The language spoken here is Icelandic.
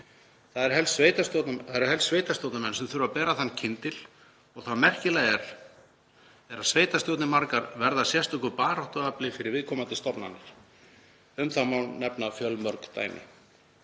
Það eru helst sveitarstjórnarmenn sem þurfa að bera þann kyndil og það merkilega er að margar sveitarstjórnir verða að sérstöku baráttuafli fyrir viðkomandi stofnanir. Um þá má nefna fjölmörg dæmi.